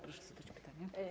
Proszę zadać pytanie.